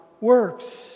works